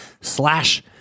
slash